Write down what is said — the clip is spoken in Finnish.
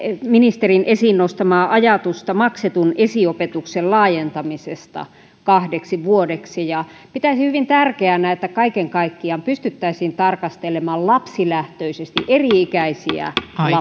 ministerin esiin nostamaa ajatusta maksetun esiopetuksen laajentamisesta kahdeksi vuodeksi pitäisin hyvin tärkeänä että kaiken kaikkiaan pystyttäisiin tarkastelemaan lapsilähtöisesti eri ikäisiä